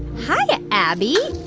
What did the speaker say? hi, abby.